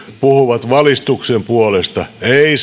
puhuvat valistuksen puolesta ei